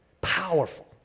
Powerful